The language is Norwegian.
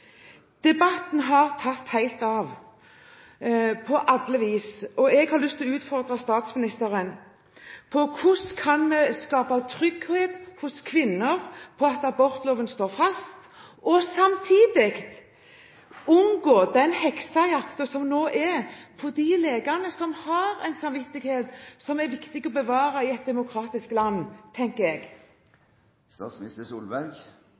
alle vis. Jeg har lyst til å utfordre statsministeren på hvordan vi kan skape trygghet hos kvinner på at abortloven står fast og samtidig unngå den heksejakten som nå er på de legene som har en samvittighet som jeg tenker er viktig å bevare i et demokratisk land.